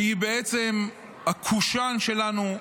שהיא בעצם הקושאן שלנו,